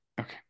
Okay